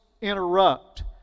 interrupt